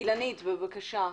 אילנית, בבקשה,